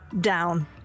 down